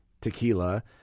tequila